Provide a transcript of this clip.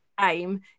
aim